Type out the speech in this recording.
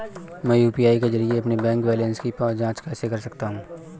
मैं यू.पी.आई के जरिए अपने बैंक बैलेंस की जाँच कैसे कर सकता हूँ?